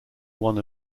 one